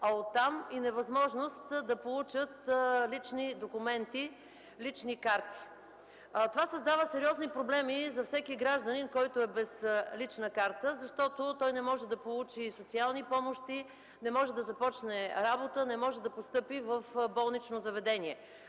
а оттам и невъзможност да получат лични документи, лични карти. Това създава сериозни проблеми за всеки гражданин без лична карта, защото не може да получи социални помощи, да започне работа, да постъпи в болнично заведение.